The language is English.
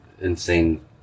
insane